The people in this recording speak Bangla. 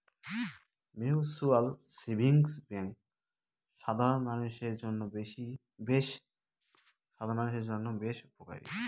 মিউচুয়াল সেভিংস ব্যাঙ্ক সাধারন মানুষের জন্য বেশ উপকারী